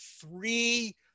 three